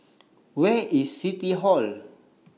Where IS City Hall